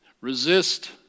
Resist